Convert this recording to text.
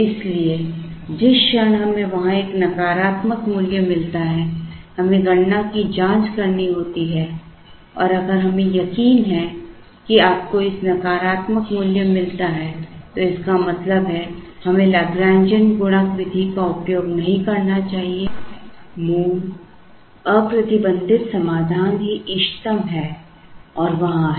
इसलिए जिस क्षण हमें वहां एक नकारात्मक मूल्य मिलता है हमें गणना की जांच करनी होती है और अगर हमें यकीन है कि आपको इसका नकारात्मक मूल्य मिलता है तो इसका मतलब है हमें लैग्रेन्जियन गुणक विधि का उपयोग नहीं करना चाहिए मूल अप्रतिबंधित समाधान ही इष्टतम है और वहाँ है